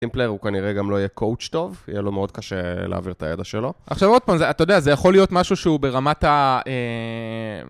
טימפלר הוא כנראה גם לא יהיה קואוץ'(מאמן) טוב, יהיה לו מאוד קשה לעביר את הידע שלו. עכשיו עוד פעם, אתה יודע, זה יכול להיות משהו שהוא ברמת ה...